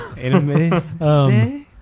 Anime